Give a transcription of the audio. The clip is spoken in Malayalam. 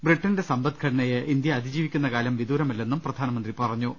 ബ്രിട്ടന്റെ സമ്പദ്ഘടനയെ ഇന്ത്യ അതിജീവിക്കുന്ന കാലം വിദൂരമല്ലെന്നും പ്രധാനമന്ത്രി പറഞ്ഞു